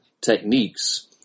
techniques